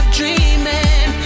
dreaming